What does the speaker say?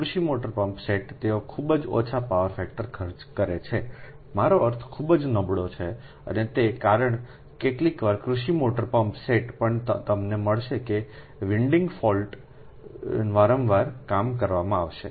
કૃષિ motor pump set તેઓ ખૂબ જ ઓછા પાવર ફેક્ટર પર કાર્ય કરે છે મારો અર્થ ખૂબ જ નબળો છે અને તે કારણે કેટલીકવાર કૃષિ મોટર પંપ સેટ પણ તમને મળશે કે વિન્ડિંગ ફોલ્ટનું વારંવાર કામ કરવામાં આવશે